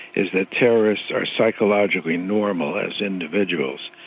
is that terrorists are psychologically normal as individuals.